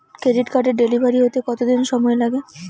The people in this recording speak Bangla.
ক্রেডিট কার্ডের ডেলিভারি হতে কতদিন সময় লাগে?